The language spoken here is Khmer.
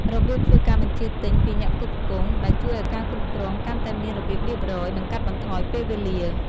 របៀបធ្វើការបញ្ជាទិញពីអ្នកផ្គត់ផ្គង់ ដែលជួយឱ្យការគ្រប់គ្រងកាន់តែមានរបៀបរៀបរយ និងកាត់បន្ថយពេលវេលា។